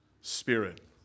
spirit